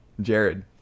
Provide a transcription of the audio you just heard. Jared